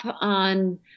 on